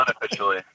unofficially